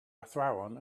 athrawon